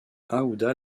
aouda